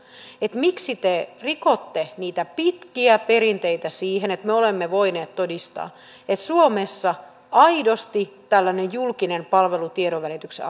että miksi te rikotte niitä pitkiä perinteitä siitä että me me olemme voineet todistaa että suomessa aidosti tällainen julkinen palvelu tiedonvälityksen